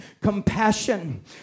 compassion